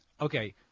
Okay